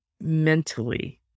mentally